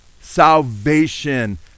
salvation